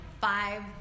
five